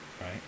right